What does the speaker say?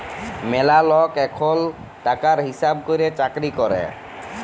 ম্যালা লক এখুল টাকার হিসাব ক্যরের চাকরি ক্যরে